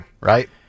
Right